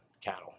cattle